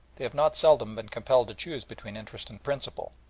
they have not seldom been compelled to choose between interest and principle.